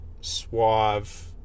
suave